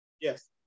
Yes